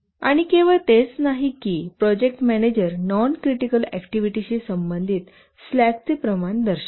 आणि केवळ तेच नाही की हे प्रोजेक्ट मॅनेजर नॉन क्रिटिकल ऍक्टिव्हिटीशी संबंधित स्लॅकचे प्रमाण दर्शवते